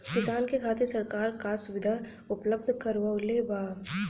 किसान के खातिर सरकार का सुविधा उपलब्ध करवले बा?